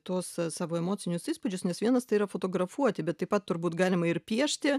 tuos savo emocinius įspūdžius nes vienas tai yra fotografuoti bet taip pat turbūt galima ir piešti